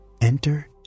Enter